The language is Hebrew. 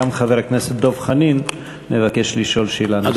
גם חבר הכנסת דב חנין מבקש לשאול שאלה נוספת.